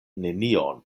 nenion